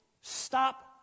stop